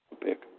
pick